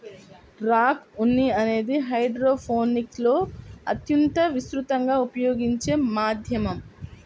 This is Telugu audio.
రాక్ ఉన్ని అనేది హైడ్రోపోనిక్స్లో అత్యంత విస్తృతంగా ఉపయోగించే మాధ్యమం